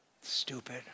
Stupid